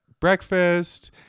breakfast